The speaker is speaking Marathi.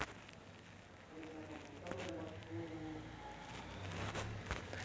आमच्या शिक्षकांनी सांगितले की अमेरिकेत पाइन सुपारीची लागवड सर्वात जास्त केली जाते